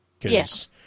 Yes